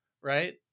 right